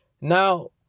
Now